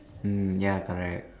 mm ya correct